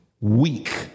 weak